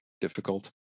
difficult